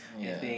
ya